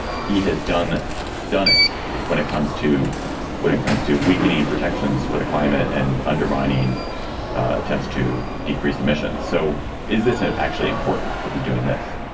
he has done done it. if when it comes to when it comes to weakening protections for the climate and undermining attempts to decrease emissions. so is this actually important that he's doing this